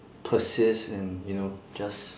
persist and you know just